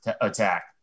attack